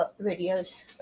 videos